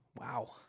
Wow